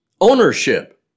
ownership